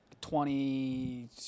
Twenty